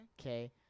Okay